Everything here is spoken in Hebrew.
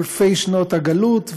אלפי שנות הגלות,